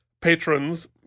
patrons